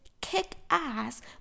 kick-ass